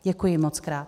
Děkuji mockrát.